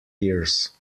years